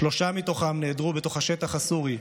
שלושה מתוכם נעדרו בתוך השטח הסורי,